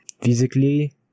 Physically